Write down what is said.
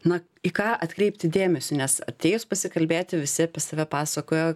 na į ką atkreipti dėmesį nes atėjus pasikalbėti visi apie save pasakoja